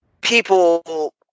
people